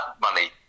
money